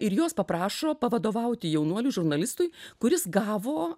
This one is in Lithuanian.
ir jos paprašo pavadovauti jaunuoliui žurnalistui kuris gavo